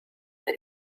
that